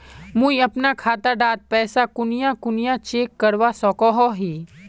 मुई अपना खाता डात पैसा कुनियाँ कुनियाँ चेक करवा सकोहो ही?